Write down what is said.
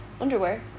underwear